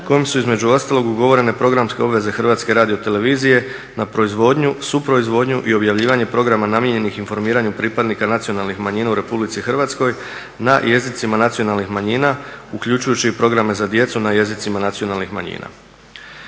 kojim su između ostalog ugovorene programske obaveze HRT-a na proizvodnju, suproizvodnju i objavljivanje programa namijenjenih informiranju pripadnika nacionalnih manjina u RH na jezicima nacionalnih manjina, uključujući i programe za djecu na jezicima nacionalnih manjina.